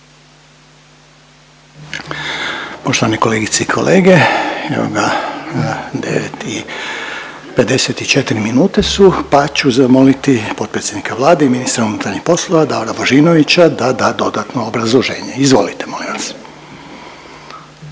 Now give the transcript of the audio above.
Poštovane kolegice i kolege evoga 9,54 minute su pa ću zamoliti potpredsjednika Vlade i ministra unutarnjih poslova Davora Božinovića da da dodatno obrazloženje. Izvolite molim vas.